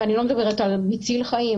ואני לא מדברת על מציל חיים,